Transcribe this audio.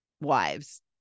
wives